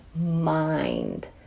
mind